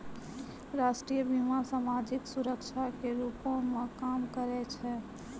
राष्ट्रीय बीमा, समाजिक सुरक्षा के रूपो मे काम करै छै